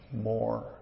more